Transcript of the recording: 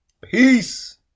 Peace